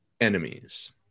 enemies